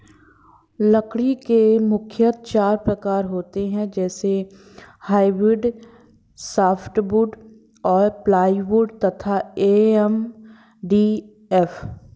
लकड़ी के मुख्यतः चार प्रकार होते हैं जैसे हार्डवुड, सॉफ्टवुड, प्लाईवुड तथा एम.डी.एफ